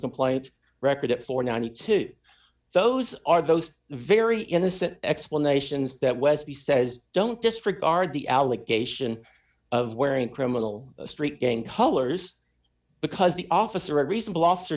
complaints record it for ninety two those are those very innocent explanations that westy says don't disregard the allegation of wearing criminal street gang colors because the officer a reasonable officer